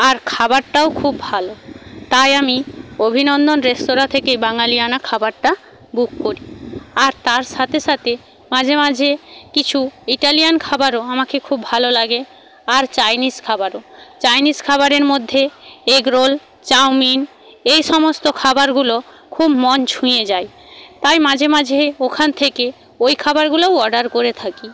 আর খাবারটাও খুব ভালো তাই আমি অভিনন্দন রেঁস্তোরা থেকে বাঙালিয়ানা খাবারটা বুক করি আর তার সাথে সাথে মাঝে মাঝে কিছু ইটালিয়ান খাবারও আমাকে খুব ভালো লাগে আর চাইনিজ খাবারও চাইনিজ খাবারের মধ্যে এগরোল চাউমিন এই সমস্ত খাবারগুলো খুব মন ছুঁয়ে যায় তাই মাঝে মাঝে ওখান থেকে ওই খাবারগুলোও অর্ডার করে থাকি